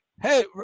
Hey